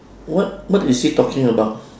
what what is he talking about